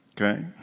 Okay